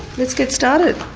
let's get started.